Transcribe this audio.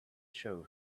show